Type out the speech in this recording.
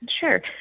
Sure